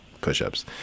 push-ups